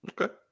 Okay